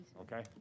Okay